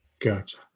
Gotcha